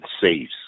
saves